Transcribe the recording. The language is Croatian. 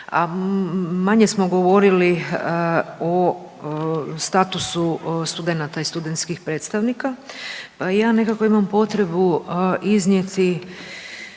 manje smo govorili o statusu studenata i studentskih predstavnika, pa ja nekako imam potrebu iznijeti,